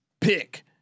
Pick